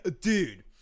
dude